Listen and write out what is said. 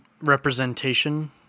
representation